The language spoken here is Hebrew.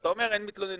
ואתה אומר אין מתלוננים.